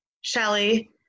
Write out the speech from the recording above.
Shelly